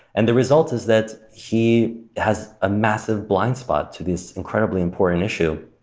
and the result is that he has a massive blind spot to this incredibly important issue,